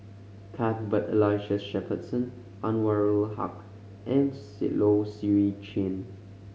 Cuthbert Aloysius Shepherdson Anwarul Haque and Swee Low Swee Chen